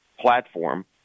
platform